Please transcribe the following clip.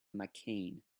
mccain